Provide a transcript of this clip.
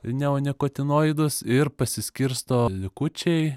neonekotinoidus ir pasiskirsto likučiai